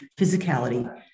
physicality